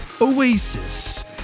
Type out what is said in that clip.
oasis